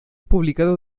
publicado